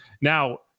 Now